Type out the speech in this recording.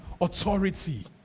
authority